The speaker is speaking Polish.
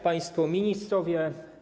Państwo Ministrowie!